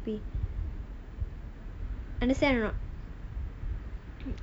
understand or not